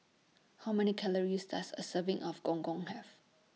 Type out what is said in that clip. How Many Calories Does A Serving of Gong Gong Have